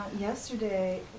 Yesterday